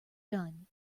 done